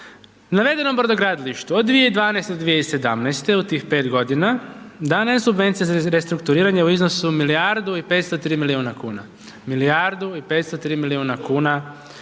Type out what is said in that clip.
Navedenom brodogradilištu od 2012. do 2017. u tih 5 godina dana je subvencija za restrukturiranje u iznosu milijardu i 503 milijuna kuna,